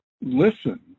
listen